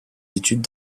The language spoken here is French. études